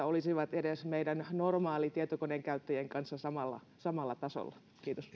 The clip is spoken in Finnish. olisivat edes meidän normaalitietokoneenkäyttäjien kanssa samalla samalla tasolla kiitos